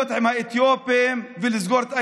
להיות עם האתיופים ולסגור את איילון.